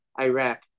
Iraq